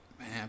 Man